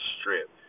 Strip